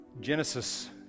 Genesis